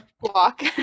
Walk